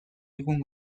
egun